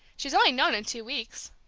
she's only known him two weeks.